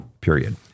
period